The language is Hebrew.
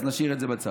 אז נשאיר את זה בצד.